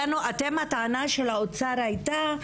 הטענה של האוצר הייתה,